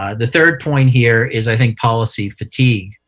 ah the third point here is, i think, policy fatigue.